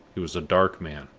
he was a dark man,